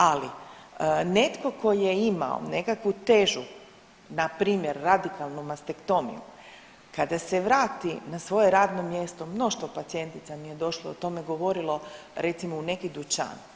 Ali netko tko je imao nekakvu težu na primjer radikalnu mastektomiju kada se vrati na svoje radno mjesto mnoštvo pacijentica mi je došlo, o tome govorilo recimo u neki dućan.